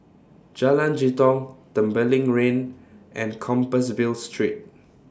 Jalan Jitong Tembeling Lane and Compassvale Street